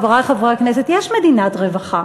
חברי חברי הכנסת: יש מדינת רווחה,